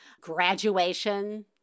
graduation